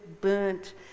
burnt